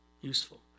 useful